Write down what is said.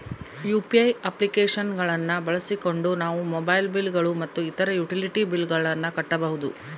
UPI application ಗಳನ್ನ ಬಳಸಿಕೊಂಡು ನಾವು ಮೊಬೈಲ್ ಬಿಲ್ ಗಳು ಮತ್ತು ಇತರ ಯುಟಿಲಿಟಿ ಬಿಲ್ ಗಳನ್ನ ಕಟ್ಟಬಹುದು